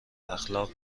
اخلاق